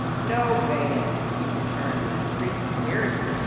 no man, he returned, with increased severity,